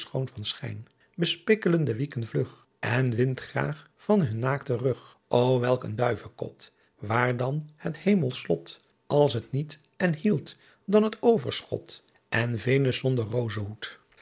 de wieken vlug en windtgraagh van hunn naakten rug o welk een duivekot waar dan het hemelsch slot als t niet en hieldt dan t overschot en venus zonder